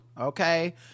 okay